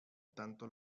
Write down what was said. tanto